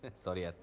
sorry. ah